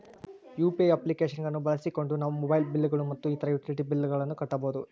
UPI application ಗಳನ್ನ ಬಳಸಿಕೊಂಡು ನಾವು ಮೊಬೈಲ್ ಬಿಲ್ ಗಳು ಮತ್ತು ಇತರ ಯುಟಿಲಿಟಿ ಬಿಲ್ ಗಳನ್ನ ಕಟ್ಟಬಹುದು